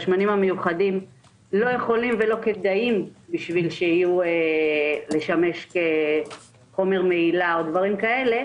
והשמנים המיוחדים לא יכולים ולא כדאיים לשמש כחומר מהילה או דברים כאלה,